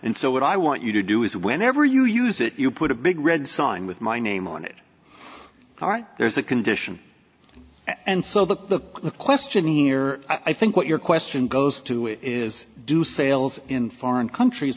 and so what i want you to do is whenever you use it you put a big red sign with my name on it all right there's a condition and so the question here i think what your question goes to is do sales in foreign countries